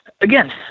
Again